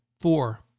Four